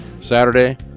Saturday